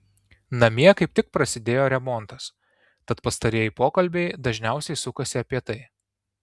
namie kaip tik prasidėjo remontas tad pastarieji pokalbiai dažniausiai sukasi apie tai